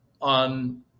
on